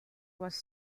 was